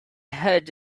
heard